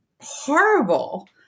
horrible